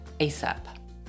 ASAP